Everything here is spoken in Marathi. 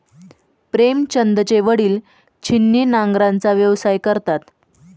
प्रेमचंदचे वडील छिन्नी नांगराचा व्यवसाय करतात